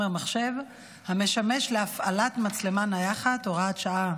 לחומר מחשב המשמש להפעלת מצלמה נייחת ופעולה בו (הוראת שעה,